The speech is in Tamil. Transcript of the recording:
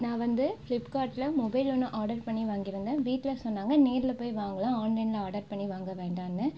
நான் வந்து பிளிப்கார்ட்டில் மொபைல் ஒன்னு ஆர்டர் பண்ணி வாங்கியிருந்தேன் வீட்டில் சொன்னாங்க நேரில் போய் வாங்கலாம் ஆன்லைனில் ஆர்டர் பண்ணி வாங்க வேண்டான்னு